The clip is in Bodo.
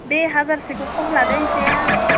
दे हाजारसेखौ खम लादो एसे